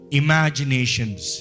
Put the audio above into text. imaginations